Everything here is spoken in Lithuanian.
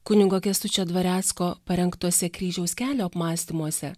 kunigo kęstučio dvarecko parengtuose kryžiaus kelio apmąstymuose